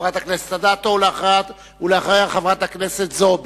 חברת הכנסת אדטו, ולאחריה, חברת הכנסת זועבי.